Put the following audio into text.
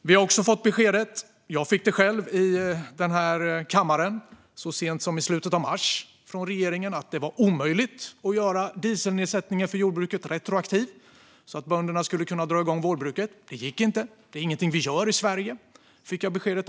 Vi har också fått besked från regeringen - jag fick det själv här i kammaren så sent som i slutet av mars - att det var omöjligt att göra nedsättningen av dieselskatten för jordbruket retroaktiv, så att bönderna skulle kunna dra igång vårbruket. Det gick inte. Det är inget vi gör i Sverige, fick jag veta.